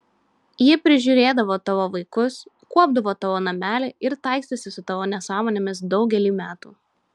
ji prižiūrėdavo tavo vaikus kuopdavo tavo namelį ir taikstėsi su tavo nesąmonėmis daugelį metų